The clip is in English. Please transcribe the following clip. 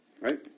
Right